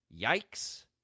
yikes